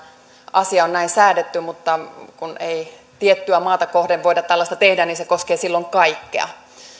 asia on näin säädetty mutta kun ei tiettyä maata kohden voida tällaista tehdä niin se koskee silloin kaikkia